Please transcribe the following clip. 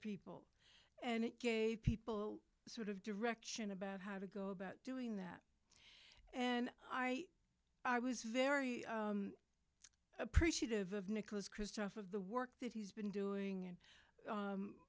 people and it gave people sort of direction about how to go about doing that and i was very appreciative of nicholas kristoff of the work that he's been doing